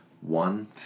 one